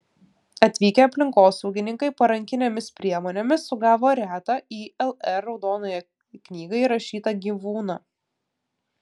atvykę aplinkosaugininkai parankinėmis priemonėmis sugavo retą į lr raudonąją knygą įrašytą gyvūną